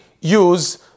use